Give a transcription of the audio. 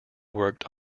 worked